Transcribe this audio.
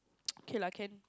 okay lah can